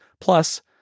Plus